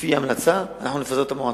כפי ההמלצה, אנחנו נפזר את המועצה,